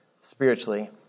spiritually